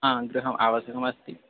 आं गृहम् आवश्यकमस्ति